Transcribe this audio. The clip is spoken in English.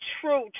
true